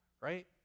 Right